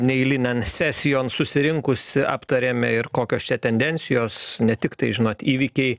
neeilinėn sesijon susirinkusį aptarėm ir kokios čia tendencijos ne tiktai žinot įvykiai